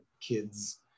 kids